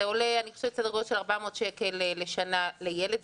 זה עולה סדר גודל של 400 שקל לשנה לילד.